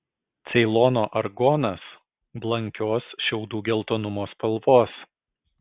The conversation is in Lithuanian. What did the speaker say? ceilono argonas blankios šiaudų geltonumo spalvos